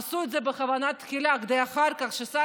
עשו את זה בכוונה תחילה כדי שאחר כך שר